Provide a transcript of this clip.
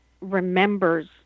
remembers